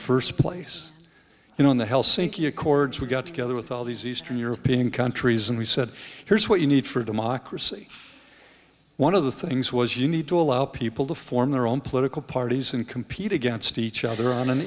first place and on the helsinki accords we got together with all these eastern european countries and we said here's what you need for democracy one of the things was you need to allow people to form their own political parties and compete against each other on an